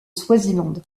swaziland